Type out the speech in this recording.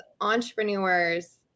entrepreneurs